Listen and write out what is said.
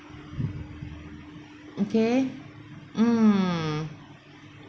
okay mm